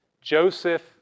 Joseph